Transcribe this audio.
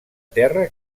terra